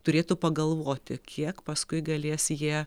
turėtų pagalvoti kiek paskui galės jie